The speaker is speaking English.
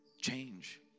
change